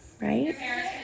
right